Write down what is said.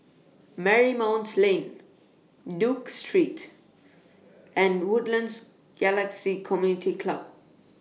Marymount Lane Duke Street and Woodlands Galaxy Community Club